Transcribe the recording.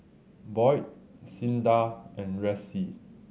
Boyd Cinda and Ressie